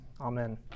Amen